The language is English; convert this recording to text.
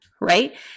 right